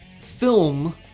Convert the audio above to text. film